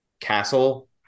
castle